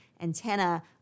antenna